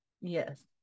Yes